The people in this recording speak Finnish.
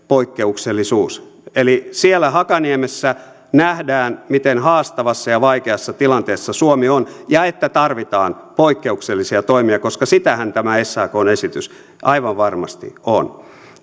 poikkeuksellisuus eli siellä hakaniemessä nähdään miten haastavassa ja vaikeassa tilanteessa suomi on ja että tarvitaan poikkeuksellisia toimia koska sitähän tämä sakn esitys aivan varmasti on